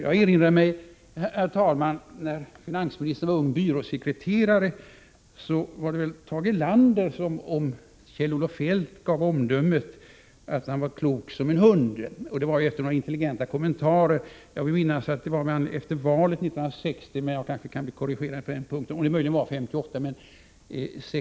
Jag erinrar mig att när finansminister Kjell-Olof Feldt var ung byråsekreterare gav Tage Erlander om honom omdömet att han var klok som en hund. Det var efter några intelligenta kommentarer efter valet 1960, möjligen 1958.